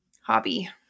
hobby